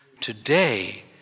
Today